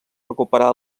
recuperar